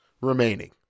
remaining